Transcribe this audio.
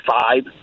five